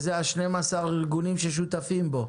זה כולל את 12 הארגונים ששותפים כאן?